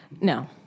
No